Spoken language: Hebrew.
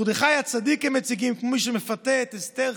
את מרדכי הצדיק הם מציגים כמי שמפתה את אסתר,